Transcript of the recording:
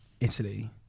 Italy